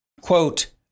Quote